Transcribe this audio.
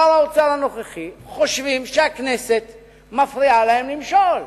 שר האוצר הנוכחי, חושבים שהכנסת מפריעה להם למשול,